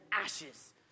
ashes